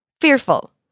Fearful